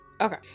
okay